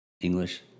English